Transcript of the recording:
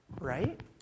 Right